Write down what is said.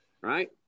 right